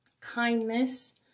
kindness